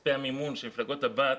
כספי המימון של מפלגות הבת